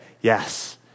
yes